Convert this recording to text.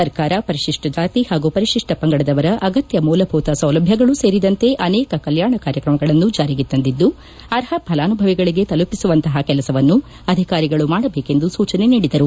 ಸರ್ಕಾರ ಪರಿಶಿಷ್ಟ ಜಾತಿ ಹಾಗೂ ಪರಿಶಿಷ್ಟ ಪಂಗಡದವರ ಅಗತ್ಯ ಮೂಲಭೂತ ಸೌಲಭ್ಯಗಳು ಸೇರಿದಂತೆ ಅನೇಕ ಕಲ್ಯಾಣ ಕಾರ್ಯಕ್ರಮಗಳನ್ನು ಜಾರಿಗೆ ತಂದಿದ್ದು ಅರ್ಹ ಫಲಾನುಭವಿಗಳಿಗೆ ತಲುಪಿಸುವಂತಹ ಕೆಲಸವನ್ನು ಅಧಿಕಾರಿಗಳು ಮಾಡಬೇಕೆಂದು ಸೂಚನೆ ನೀಡಿದರು